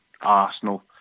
Arsenal